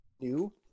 new